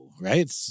Right